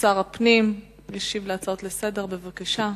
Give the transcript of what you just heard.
שר הפנים וישיב על ההצעות לסדר-היום, בבקשה.